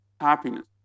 happiness